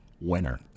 winner